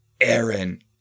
Aaron